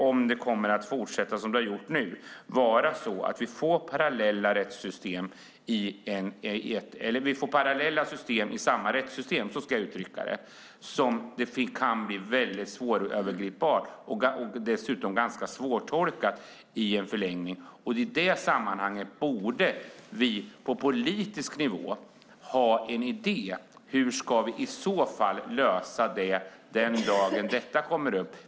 Om det fortsätter som förut kommer vi att få parallella system i samma rättssystem, och det kan i förlängningen bli svårövergripbart och svårtolkat. I det sammanhanget borde vi därför på politisk nivå ha en idé om hur vi ska lösa det den dagen det kommer upp.